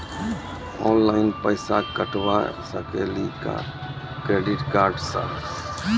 Online पैसा कटवा सकेली का क्रेडिट कार्ड सा?